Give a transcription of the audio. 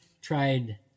tried